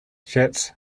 schatz